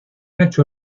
hecho